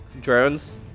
drones